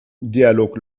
dialog